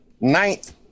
ninth